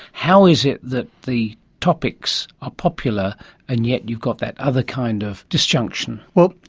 how is it that the topics are popular and yet you've got that other kind of disjunction? well,